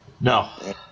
No